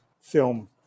film